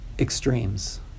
extremes